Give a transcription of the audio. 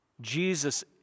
Jesus